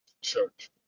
church